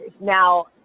Now